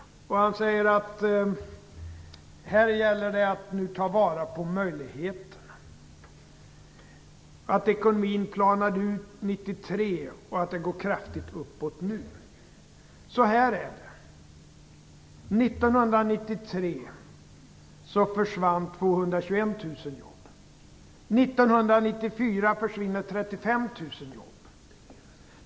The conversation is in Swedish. Han säger att det nu gäller att ta vara på möjligheterna, att ekonomin planade ut 1993 och att det går kraftigt uppåt nu. Så här är det. År 1993 försvann 221 000 jobb. År 1994 försvinner 35 000 jobb.